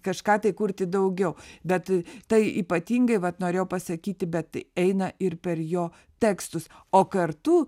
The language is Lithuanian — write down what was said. kažką tai kurti daugiau bet tai ypatingai vat norėjau pasakyti bet eina ir per jo tekstus o kartu